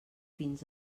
fins